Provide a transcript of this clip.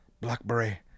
blackberry